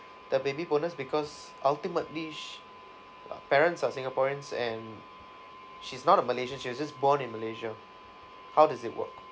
the baby bonus because ultimately she uh parents are singaporeans and she's not a malaysian she was just born in malaysia how does it work